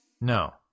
No